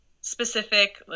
specific